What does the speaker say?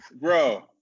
bro